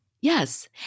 Yes